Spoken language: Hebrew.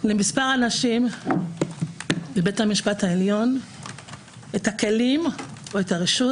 למספר אנשים בבית המשפט העליון את הכלים או את הרשות